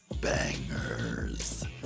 Bangers